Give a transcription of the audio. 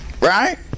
Right